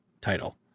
title